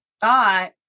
thought